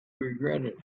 regretted